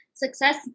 Success